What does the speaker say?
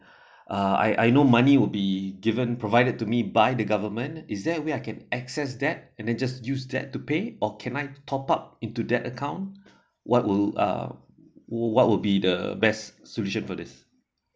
uh I I know money would be given provided to me by the government is that way I can access that and then just use that to pay or can I top up into that account what will uh what what would be the best solution for this